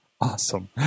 Awesome